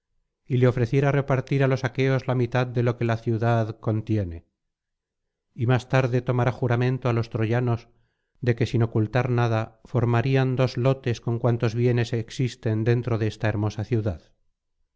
y le ofreciera repartir á los aqueos la mitad de lo que la ciudad contiene y más tarde tomara juramento á los troyanos de que sin ocultar nada formarían dos lotes con cuantos bienes existen dentro de esta hermosa ciudad